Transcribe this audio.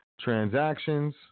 Transactions